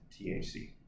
THC